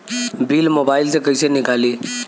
Bill mobile से कईसे निकाली?